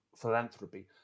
philanthropy